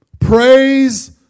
Praise